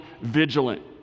vigilant